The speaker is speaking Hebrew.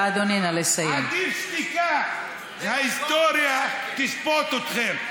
עדיף שתיקה, וההיסטוריה תשפוט אתכם.